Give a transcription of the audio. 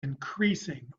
increasing